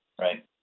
Right